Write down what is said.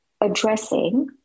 addressing